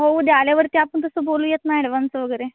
हो उद्या आल्यावरती आपण तसं बोलूयात ना ॲडव्हान्सचं वगैरे